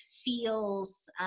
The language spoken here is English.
feels